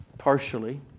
partially